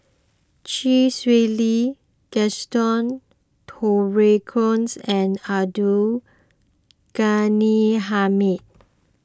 Chee Swee Lee Gaston Dutronquoys and Abdul Ghani Hamid